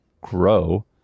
grow